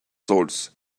solls